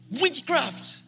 Witchcraft